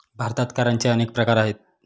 भारतात करांचे अनेक प्रकार आहेत